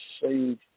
save